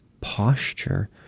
posture